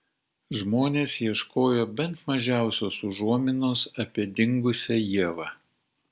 žmonės ieškojo bent mažiausios užuominos apie dingusią ievą